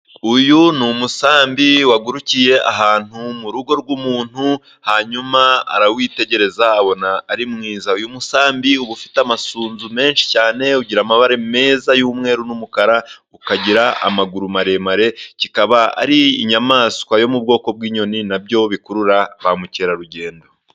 Uyu ni umusambi wagurukiye ahantu mu rugo rw'umuntu, hanyuma arawitegereza abona ari mwiza. Uyu musambi uba ufite amasunzu menshi cyane, ugira amabara meza y'umweru n'umukara, ukagira amaguru maremare. Ukaba ari inyamaswa yo mu bwoko bw'inyoni, nazo zikurura ba mukerarugendo.